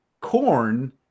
corn